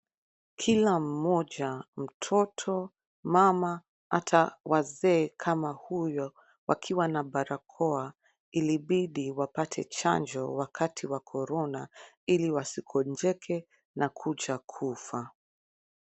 Kila mmoja mtoto, mama ata wazee kama huyo wakiwa na barakoa ilibidi wapate chanjo wakati wa corona ili wasigonjeke na kuja kufa.